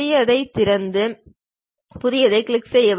புதியதைத் திறந்து புதியதைக் கிளிக் செய்க